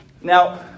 Now